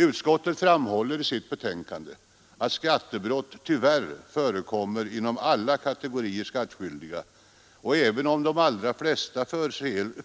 Utskottet framhåller i sitt betänkande att skattebrott tyvärr förekommer inom alla kategorier skattskyldiga, och även om de allra flesta